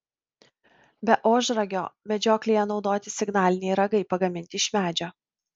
be ožragio medžioklėje naudoti signaliniai ragai pagaminti iš medžio